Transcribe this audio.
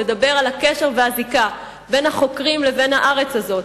לדבר על הקשר והזיקה בין החוקרים לבין הארץ הזאת,